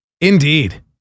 Indeed